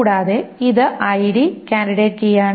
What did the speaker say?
കൂടാതെ ഇത് ID candidate കീയാണ്